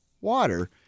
water